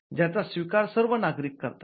ज्याचा स्वीकार सर्व नागरिक करतात